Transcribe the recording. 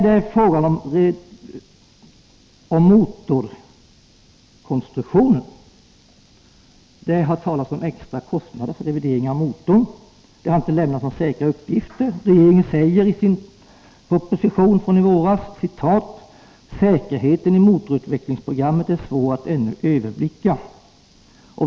Det har också talats om extra kostnader för revidering av motorn, men dessa uppgifter är osäkra. Regeringen säger i sin proposition att säkerheten i motorutvecklingsprogrammet är svår att överblicka.